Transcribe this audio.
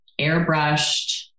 airbrushed